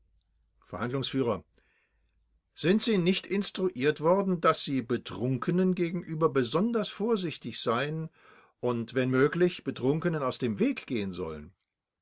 verhandlungsf sind sie nicht instruiert worden daß sie betrunkenen gegenüber besonders vorsichtig sein und wenn möglich betrunkenen aus dem wege gehen sollen